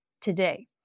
today